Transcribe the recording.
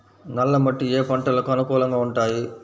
నల్ల మట్టి ఏ ఏ పంటలకు అనుకూలంగా ఉంటాయి?